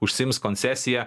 užsiims koncesiją